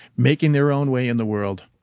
making their own way in the world,